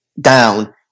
down